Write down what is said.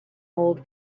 old